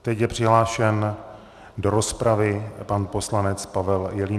Teď je přihlášen do rozpravy pan poslanec Pavel Jelínek.